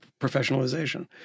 professionalization